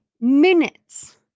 minutes